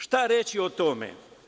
Šta reći o tome?